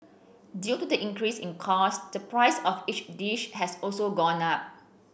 due to the increase in cost the price of each dish has also gone up